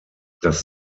das